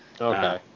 Okay